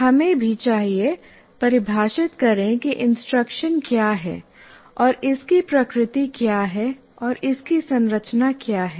हमें भी चाहिए परिभाषित करें कि इंस्ट्रक्शन क्या है और इसकी प्रकृति क्या है और इसकी संरचना क्या है